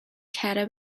کره